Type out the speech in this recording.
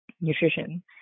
Nutrition